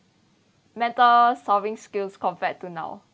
method solving skills compared to now